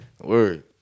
Word